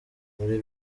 muri